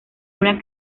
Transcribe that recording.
una